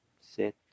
Sit